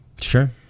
Sure